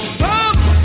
come